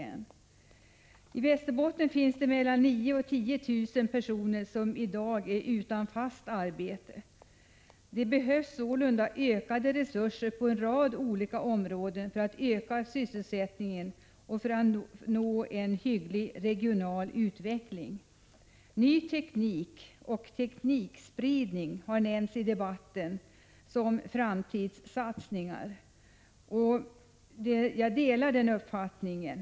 I Västerbotten finns det i dag mellan 9 000 och 10 000 personer som är utan fast arbete. Det behövs sålunda ökade resurser på en rad olika områden för att sysselsättningen skall kunna öka och för att en hygglig regional utveckling skall kunna nås. Ny teknik och teknikspridning har nämnts i debatten som framtidssatsningar, och jag delar den uppfattningen.